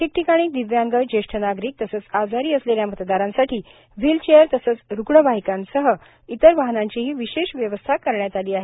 ठिकठिकाणी दिव्यांग ज्येष्ठ नागरिक तसंच आजारी असलेल्या मतदारांसाठी व्हिलचेअर तसंच रुग्णवाहिकांसह इतर वाहनांचीही विशेष व्यवस्था करण्यात आली आहे